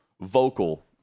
Vocal